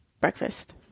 Breakfast